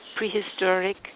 Prehistoric